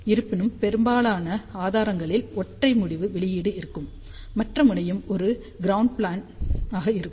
இருப்பினும் பெரும்பாலான ஆதாரங்களில் ஒற்றை முடிவு வெளியீடு இருக்கும் மற்ற முனையம் ஒரு க்ரௌண்ட் ப்ளேன் ஆக இருக்கும்